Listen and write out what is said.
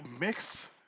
mix